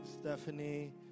Stephanie